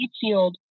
field